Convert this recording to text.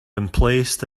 emplaced